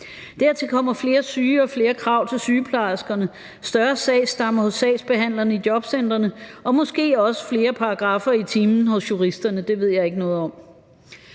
Dertil kommer flere syge og flere krav til sygeplejerskerne, større sagsstammer hos sagsbehandlerne i jobcentrene og måske også flere paragraffer i timen hos juristerne; det ved jeg ikke noget om.